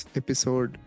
episode